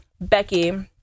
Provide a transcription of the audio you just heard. Becky